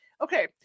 okay